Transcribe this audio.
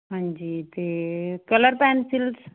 ਹਾਂਜੀ ਅਤੇ colour pencils